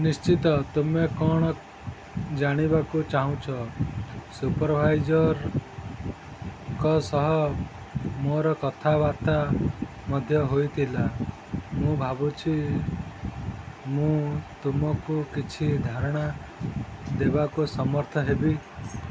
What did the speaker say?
ନିଶ୍ଚିତ ତୁମେ କ'ଣ ଜାଣିବାକୁ ଚାହୁଁଛ ସୁପରଭାଇଜର୍ଙ୍କ ସହ ମୋର କଥାବାର୍ତ୍ତା ମଧ୍ୟ ହୋଇଥିଲା ମୁଁ ଭାବୁଛି ମୁଁ ତୁମକୁ କିଛି ଧାରଣା ଦେବାକୁ ସମର୍ଥ ହେବି